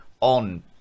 on